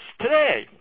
today